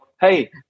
hey